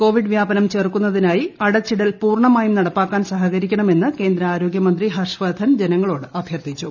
Covid വ്യാപനം ചെറുക്കുന്നതിനായി അടച്ചിടൽ പൂർണമായും നടപ്പാ ക്കാൻ സഹകരിക്കണമെന്ന് കേന്ദ്ര ആരോഗൃമന്ത്രി ഹർഷവർദ്ധൻ ജനങ്ങളോട് അഭൃർത്ഥിച്ചു